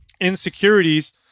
Insecurities